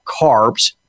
carbs